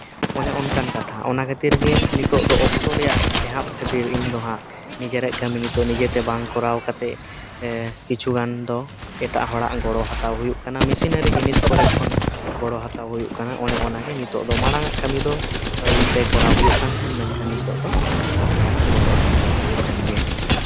ᱚᱱᱮ ᱚᱱᱠᱟᱱ ᱠᱟᱛᱷᱟ ᱚᱱᱟ ᱠᱷᱟᱹᱛᱤᱨ ᱜᱮ ᱱᱤᱛᱚᱜ ᱫᱚ ᱚᱠᱛᱚ ᱨᱮᱭᱟᱜ ᱴᱮᱸᱦᱟᱰ ᱠᱷᱟᱹᱛᱤᱨ ᱤᱧᱫᱚ ᱦᱟᱸᱜ ᱱᱤᱡᱮᱨᱟᱜ ᱠᱟᱹᱢᱤ ᱱᱤᱡᱮᱛᱮ ᱵᱟᱝ ᱠᱚᱨᱟᱣ ᱠᱟᱛᱮᱫ ᱠᱤᱪᱷᱩ ᱜᱟᱱ ᱫᱚ ᱮᱴᱟᱜ ᱦᱚᱲᱟᱜ ᱜᱚᱲᱚ ᱦᱟᱛᱟᱣ ᱦᱩᱭᱩᱜ ᱠᱟᱱᱟ ᱟᱨ ᱢᱮᱥᱤᱱᱟᱨᱤ ᱡᱤᱱᱤᱥ ᱠᱚᱨᱮ ᱠᱷᱚᱱ ᱜᱚᱲᱚ ᱦᱟᱛᱟᱣ ᱦᱩᱭᱩᱜ ᱠᱟᱱᱟ ᱚᱱᱮ ᱚᱱᱟᱜᱮ ᱱᱤᱛᱚᱜ ᱫᱚ ᱢᱟᱲᱟᱝ ᱟᱜ ᱠᱟᱹᱢᱤ ᱫᱚ ᱤᱱᱛᱮ ᱠᱚᱨᱟᱣ ᱦᱩᱭᱩᱜ ᱠᱟᱱ ᱢᱮᱱᱠᱷᱟᱱ ᱱᱤᱛᱚᱜ ᱫᱚ ᱚᱱᱠᱟᱱᱟᱜ ᱜᱚᱲᱚ ᱦᱟᱛᱟᱣ ᱦᱩᱭᱩᱜ ᱠᱟᱱ ᱜᱮᱭᱟ